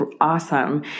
awesome